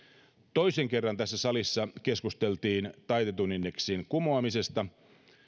toisen kerran tässä salissa keskusteltiin taitetun indeksin kumoamisesta asiasta